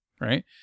right